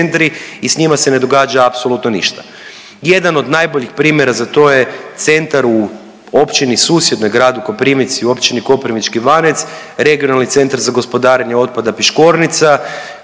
i s njima se ne događa apsolutno ništa. Jedan od najboljih primjera za to je centra u općini susjednoj, Gradu Koprivnici, u Općini Koprivnički Ivanec, Regionalni centar za gospodarenje otpada Piškornica